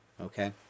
okay